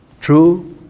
true